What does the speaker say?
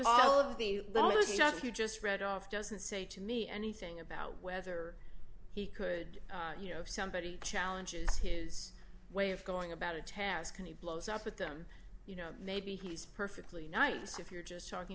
all of the that was just you just read off doesn't say to me anything about whether he could you know somebody challenges his way of going about a task and he blows up with them you know maybe he's perfectly nice if you're just talking